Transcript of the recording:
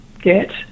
get